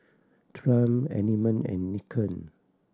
Triumph Element and Nikon